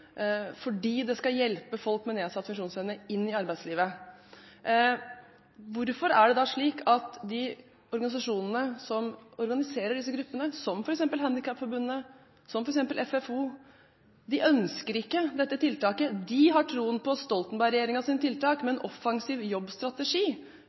fordi det skal hjelpe folk med nedsatt funksjonsevne inn i arbeidslivet. Hvorfor er det slik at de organisasjonene som organiserer disse gruppene, som f.eks. Handikapforbundet og FFO, ikke ønsker dette tiltaket? De har troen på Stoltenberg-regjeringens tiltak